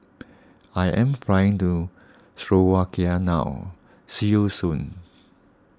I am flying to Slovakia now see you soon